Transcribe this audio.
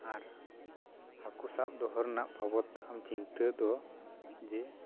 ᱟᱨ ᱦᱟᱹᱠᱩ ᱥᱟᱵ ᱫᱚᱦᱚ ᱨᱮᱱᱟᱜ ᱵᱟᱵᱚᱫ ᱟᱢ ᱪᱤᱱᱛᱟᱹ ᱫᱚ ᱡᱮ